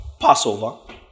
Passover